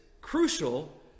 crucial